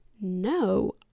No